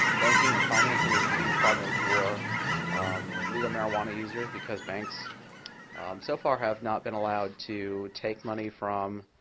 banking and financing is a huge problem for legal marijuana users, because banks so far have not been allowed to take money from